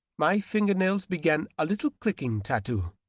my finger-nails began a little clicking tattoo,